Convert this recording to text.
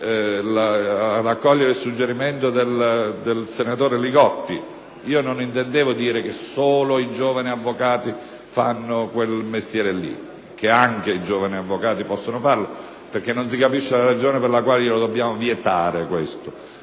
ad accogliere il suggerimento del senatore Li Gotti. Non intendevo dire che solo i giovani avvocati fanno quel mestiere, ma che anche i giovani avvocati possono farlo, perché non si capisce la ragione per cui dobbiamo vietarglielo.